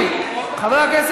אף אחד,